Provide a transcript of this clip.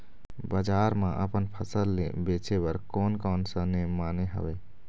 बजार मा अपन फसल ले बेचे बार कोन कौन सा नेम माने हवे?